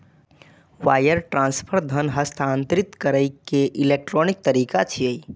wire transfer धन हस्तांतरित करै के इलेक्ट्रॉनिक तरीका छियै